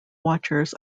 watchers